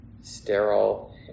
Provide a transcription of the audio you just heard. sterile